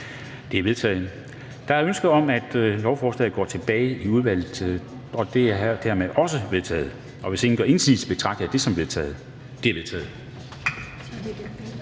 Det er vedtaget. Der er ønske om, at lovforslagene går tilbage i udvalget, og hvis ingen gør indsigelse, betragter jeg dette som vedtaget. Det er vedtaget.